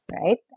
Right